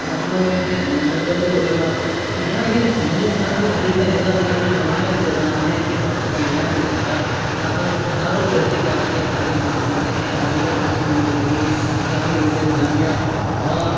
لکھنؤ میں ہیں ندوۃ العلما تو یہاں یہ ہندوستان کی تعلیم کا نظام یہاں اتنا نمایاں انتظام ہے کہ میں آپ کو میں بتا نہیں سکتا یہاں پر ہزاروں بچے کیا کہتے ہیں تعلیم حاصل کرتے ہیں علی گڑھ مسلم یونیورسٹی جامعہ ملیہ اسلامیہ اور